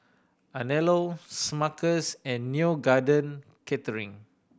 Anello Smuckers and Neo Garden Catering